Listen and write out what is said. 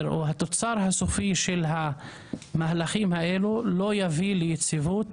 או התוצר הסופי של המהלכים האלה לא יביא ליציבות